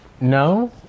No